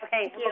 Okay